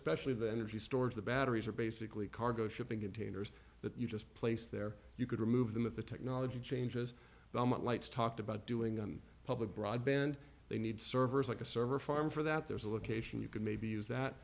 specially the energy storage the batteries are basically cargo shipping containers that you just placed there you could remove them at the technology changes but what lights talked about doing on public broadband they need servers like a server farm for that there's a location you could maybe use that